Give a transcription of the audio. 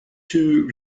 two